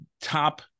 top